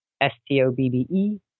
S-T-O-B-B-E